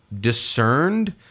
discerned